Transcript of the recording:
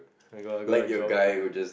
oh my god I got a job from here